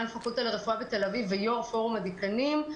הפקולטה לרפואה בתל אביב ויו"ר פורום הדיקנים,